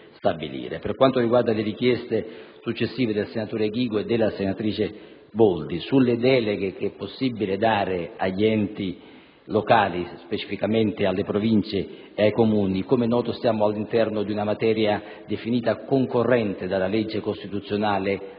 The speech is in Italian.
Per quanto riguarda le richieste successive del senatore Ghigo e della senatrice Boldi circa le deleghe da attribuire agli enti locali, specificamente alle Province ed ai Comuni, come è noto, siamo all'interno di una materia definita di legislazione concorrente dalla legge costituzionale n.